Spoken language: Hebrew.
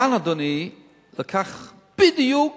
כאן, אדוני, לקח בדיוק